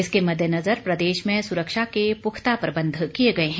इसके मद्देनज़र प्रदेश में सुरक्षा के पुख्ता प्रबंध किए गए हैं